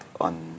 on